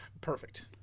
perfect